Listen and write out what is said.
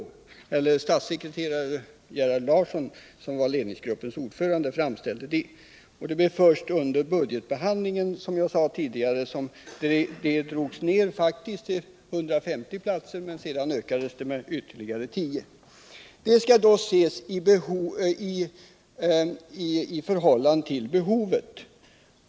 Det var statssekreterare Gerhard Larsson, ledningsgruppens ordförande, som framställde det så. Och som jag sade tidigare var det först under budgetbehandlingen som antalet platser drogs ner till 150; sedan ökades det med ytterligare tio. Detta skall då ses mot bakgrund av behovet.